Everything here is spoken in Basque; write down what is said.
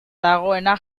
dagoena